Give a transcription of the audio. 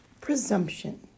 Presumption